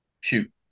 Shoot